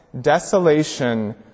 desolation